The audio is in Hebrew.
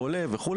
הוא עולה וכו',